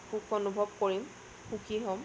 সুখ অনুভৱ কৰিম সুখী হ'ম